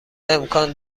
امکان